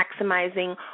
maximizing